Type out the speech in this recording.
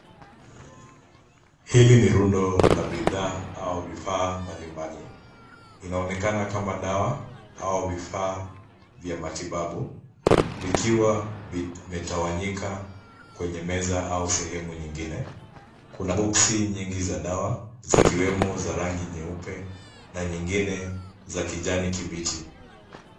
Hili ni rundo la bidhaa, au vifaa mbalimbali, inaonekana kama dawa, au vifaa vya matibabu, vikiwa vimetawanyika kwenye meza, au sehemu nyingine. Kuna bokisi nyingi za dawa, zikiwemo za rangi nyeupe, na nyingine za kijani kibichi.